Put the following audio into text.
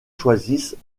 choisissent